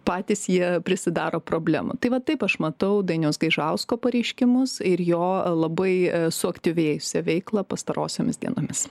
patys jie prisidaro problemų tai va taip aš matau dainiaus gaižausko pareiškimus ir jo labai suaktyvėjusią veiklą pastarosiomis dienomis